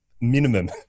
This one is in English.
minimum